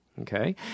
Okay